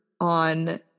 on